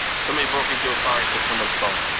somebody broke into a car, and took someone's phone.